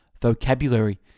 Vocabulary